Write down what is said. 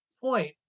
point